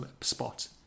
spot